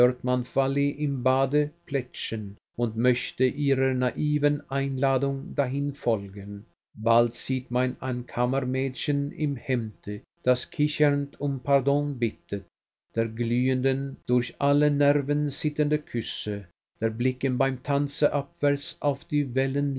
im bade plätschern und möchte ihrer naiven einladung dahin folgen bald sieht man ein kammermädchen im hemde das kichernd um pardon bittet der glühenden durch alle nerven zitternden küsse der blicke beim tanze abwärts auf die